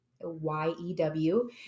y-e-w